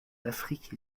l’afrique